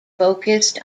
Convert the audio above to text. focussed